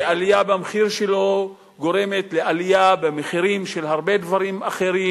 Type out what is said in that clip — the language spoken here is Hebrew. שעלייה במחיר שלו גורמת לעלייה במחירים של הרבה דברים אחרים.